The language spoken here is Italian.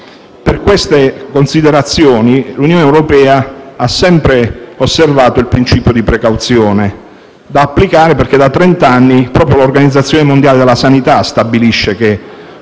Per queste considerazioni, l’Unione europea ha sempre osservato il principio di precauzione, perché da trent’anni proprio l’Organizzazione mondiale della sanità stabilisce che